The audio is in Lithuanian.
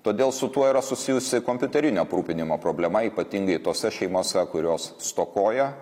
todėl su tuo yra susijusi kompiuterinio aprūpinimo problema ypatingai tose šeimose kurios stokoja